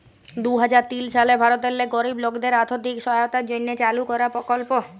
দু হাজার তিল সালে ভারতেল্লে গরিব লকদের আথ্থিক সহায়তার জ্যনহে চালু করা পরকল্প